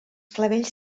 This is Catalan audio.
clavells